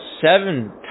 Seven